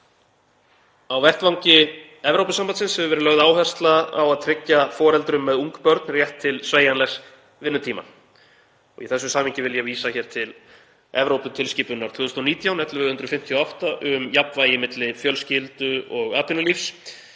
Á vettvangi Evrópusambandsins hefur verið lögð áhersla á að tryggja foreldrum með ung börn rétt til sveigjanlegs vinnutíma. Í þessu samhengi vil ég vísa hér til Evróputilskipunar 2019/1158 um jafnvægi milli fjölskyldu- og atvinnulífs.